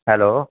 hello